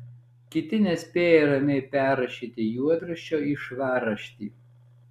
kiti nespėja ramiai perrašyti juodraščio į švarraštį